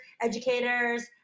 educators